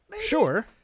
Sure